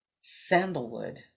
sandalwood